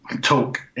talk